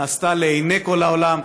נעשתה לעיני כל העולם,